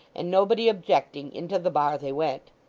and nobody objecting, into the bar they went.